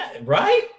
right